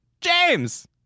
James